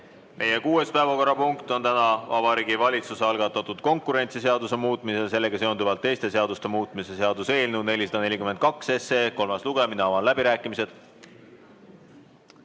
Meie kuues päevakorrapunkt on täna Vabariigi Valitsuse algatatud konkurentsiseaduse muutmise ja sellega seonduvalt teiste seaduste muutmise seaduse eelnõu 442 kolmas lugemine. Avan läbirääkimised.